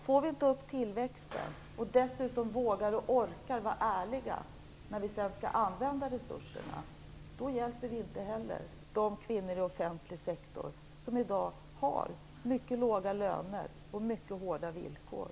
Får vi inte upp tillväxten och dessutom inte vågar och orkar vara ärliga när vi skall använda resurserna, då hjälper vi inte heller de kvinnor inom offentlig sektor som i dag har mycket låga löner och mycket hårda villkor.